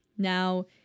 now